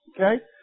okay